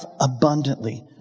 abundantly